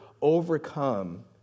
overcome